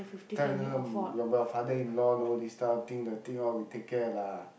tell her m~ your your father in law know this kind of thing the thing all we take care lah